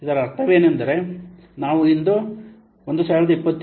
ಇದರ ಅರ್ಥವೇನೆಂದರೆ ನಾವು ಇಂದು 1027